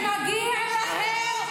הם תומכי טרור.